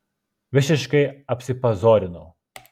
visiškai apsipazorinau